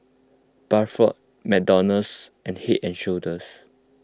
Bradford McDonald's and Head and Shoulders